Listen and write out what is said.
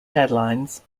headlines